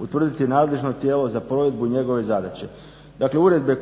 utvrditi nadležno tijelo za provedbu njegove zadaće. Dakle uredbe